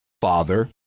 father